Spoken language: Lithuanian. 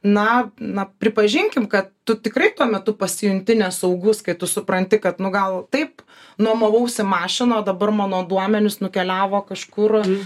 na na pripažinkim kad tu tikrai tuo metu pasijunti nesaugus kai tu supranti kad nu gal taip nuomavausi mašiną o dabar mano duomenys nukeliavo kažkur